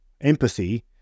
empathy